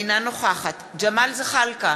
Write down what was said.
אינה נוכחת ג'מאל זחאלקה,